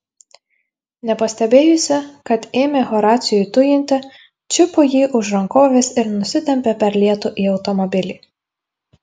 nepastebėjusi kad ėmė horacijų tujinti čiupo jį už rankovės ir nusitempė per lietų į automobilį